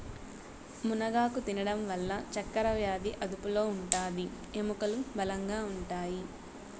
మునగాకు తినడం వల్ల చక్కరవ్యాది అదుపులో ఉంటాది, ఎముకలు బలంగా ఉంటాయి